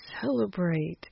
celebrate